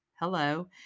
hello